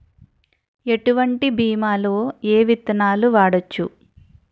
ఎటువంటి భూమిలో ఏ విత్తనాలు వాడవచ్చు?